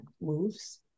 moves